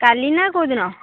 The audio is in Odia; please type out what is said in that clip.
କାଲି ନା କେଉଁଦିନ